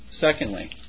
Secondly